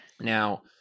Now